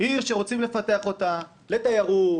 עיר שרוצים לפתח אותה לתיירות,